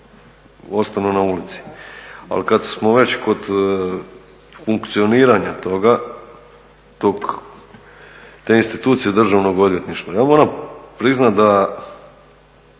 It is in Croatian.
ostanu na ulici. Ali kada smo već kod funkcioniranja toga, te institucije Državnog odvjetništva, ja moram priznati da